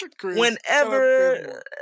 whenever